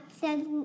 says